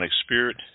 spirit